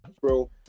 bro